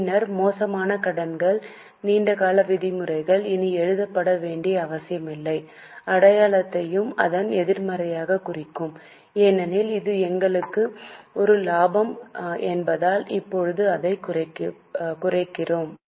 பின்னர் மோசமான கடன்கள் நீண்ட கால விதிமுறைகள் இனி எழுதப்பட வேண்டிய அவசியமில்லை அடையாளத்தையும் அதன் எதிர்மறையாகக் குறிக்கவும் ஏனெனில் இது எங்களுக்கு ஒரு லாபம் என்பதால் இப்போது அதைக் குறைக்கிறோம்